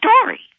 story